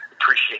appreciate